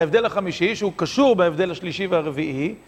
הבדל החמישי שהוא קשור בהבדל השלישי והרביעי